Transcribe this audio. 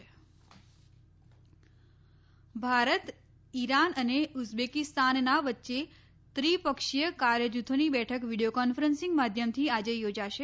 ચા બહાર બંદર ભારત ઇરાન અને ઉઝબેકિસ્તાન ના વચ્ચે ત્રિપક્ષીય કાર્ય જૂથો ની બેઠક વીડિયો કોન્ફરન્સિંગ માધ્યમથી આજે યોજાશે